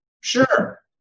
Sure